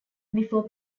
before